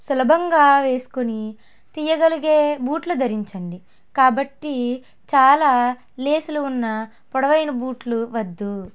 సులభంగా వేసుకుని తీయగలిగే బూట్లు ధరించండి కాబట్టి చాలా లేస్లు ఉన్న పొడవైన బూట్లు వద్దు